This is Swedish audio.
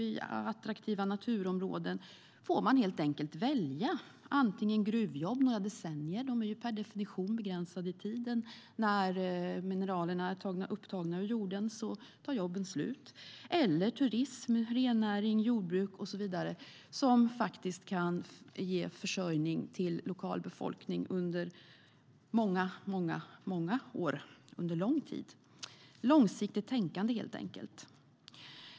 I attraktiva naturområden får man helt enkelt välja om man vill ha gruvjobb i några decennier. De är per definition begränsade i tiden. När mineralerna är upptagna ur jorden tar jobben slut. Eller så väljer man turism, rennäring, jordbruk och så vidare, som kan ge försörjning till lokal befolkning under många år och under lång tid, helt enkelt ett långsiktigt tänkande.